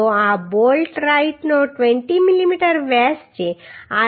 તો આ બોલ્ટ રાઇટનો 20 મીમી વ્યાસ છે